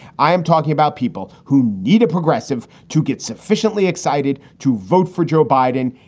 i am talking about people who need a progressive to get sufficiently excited to vote for joe biden,